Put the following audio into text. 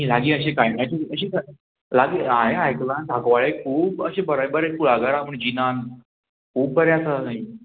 लागीं अशीं कांय अशें लागीं हांयें आयकलां सांकवाळे खूब अशें बरें बरें कुळागरां म्हण जिनान खूब बरें आसा थंय